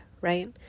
right